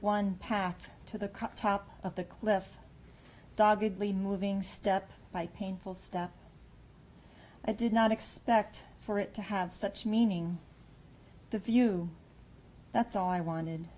won path to the cut top of the cliff doggedly moving step by painful step i did not expect for it to have such meaning the few that's all i wanted